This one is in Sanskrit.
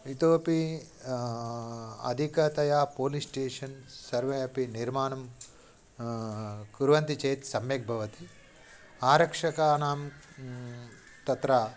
इतोऽपि अधिकतया पोलिस् स्टेशन् सर्वम् अपि निर्माणं कुर्वन्ति चेत् सम्यक् भवति आरक्षकाणां तत्र